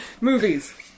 Movies